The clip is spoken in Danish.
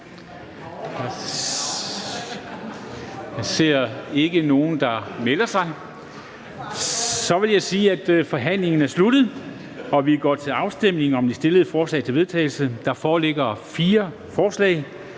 Jeg ser ikke nogen melde sig. Så vil jeg sige, at forhandlingen er sluttet, og vi går til afstemning om de fremsatte forslag til vedtagelse. Kl. 23:43 Afstemning